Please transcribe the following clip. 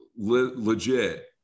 legit